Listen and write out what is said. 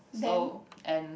so and